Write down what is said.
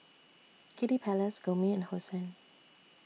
Kiddy Palace Gourmet and Hosen